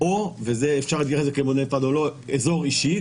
או אזור אישי,